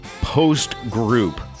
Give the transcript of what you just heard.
post-group